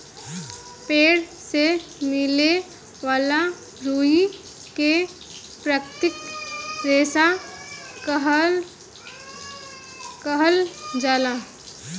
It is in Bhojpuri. पेड़ से मिले वाला रुई के प्राकृतिक रेशा कहल जाला